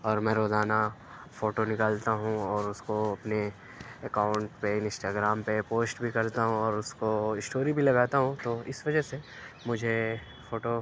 اور میں روزانہ فوٹو نکالتا ہوں اور اُس کو اپنے اکاونٹ پہ انسٹاگرام پہ پوسٹ بھی کرتا ہوں اور اُس کو اسٹوری بھی لگاتا ہوں تو اِس وجہ سے مجھے فوٹو